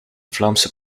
vlaamse